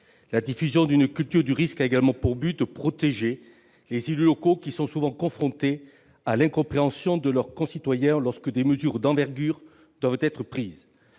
La diffusion d'une culture du risque a également pour but de protéger les élus locaux, qui sont souvent confrontés à l'incompréhension de leurs concitoyens lorsque des mesures d'envergure doivent être prises.